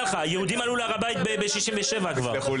יהודים עלו להר הבית כבר ב-1967 באלפים.